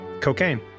cocaine